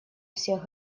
всех